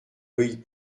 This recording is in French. loïc